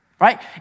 Right